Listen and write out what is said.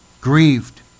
grieved